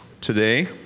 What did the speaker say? today